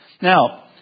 Now